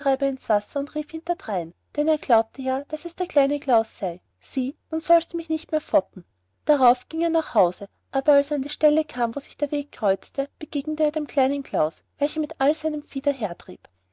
ins wasser und rief hinterdrein denn er glaubte ja daß es der kleine klaus sei sieh nun sollst du mich nicht mehr foppen darauf ging er nach hause aber als er an die stelle kam wo der weg sich kreuzte begegnete er dem kleinen klaus welcher mit all seinem